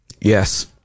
Yes